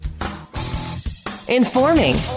informing